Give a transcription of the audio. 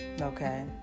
okay